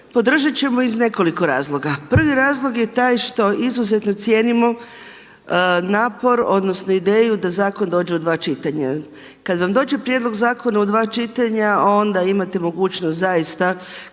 Podržat ćemo iz nekoliko razloga. Prvi razlog je taj što izuzetno cijenimo napor odnosno ideju da zakon dođe u dva čitanja. Kada vam dođe prijedlog zakona u dva čitanja onda imate mogućnost zaista kroz